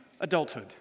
adulthood